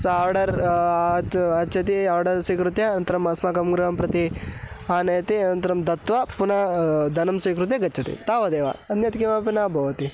सः आर्डर् अगच्छति आर्डर् स्वीकृत्य अन्तरम् अस्माकं गृहं प्रति आनयति अनन्तरं दत्वा पुनः धनं स्वीकृत्य गच्छति तावदेव अन्यत् किमपि न भवति